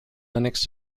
linux